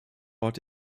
ort